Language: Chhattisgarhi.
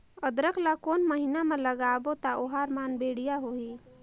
अदरक ला कोन महीना मा लगाबो ता ओहार मान बेडिया होही?